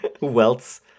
Welts